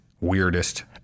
weirdest